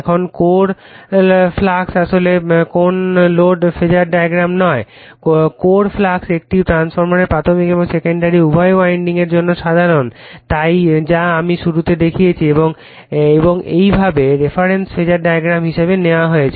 এখন core flux আসলে কোন লোড ফেজার ডায়াগ্রাম নয় কোর ফ্লাক্স একটি ট্রান্সফরমারের প্রাথমিক এবং সেকেন্ডারি উভয় উইন্ডিংয়ের জন্য সাধারণ যা আমি শুরুতে দেখিয়েছি এবং এইভাবে রেফারেন্স ফাসার ডায়াগ্রাম হিসাবে নেওয়া হয়েছে